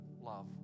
love